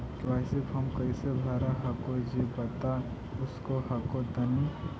KYC फॉर्मा कैसे भरा हको जी बता उसको हको तानी?